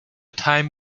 time